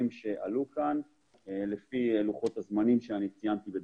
שעלו כאן לפי לוחות הזמנים שציינתי בדבריי.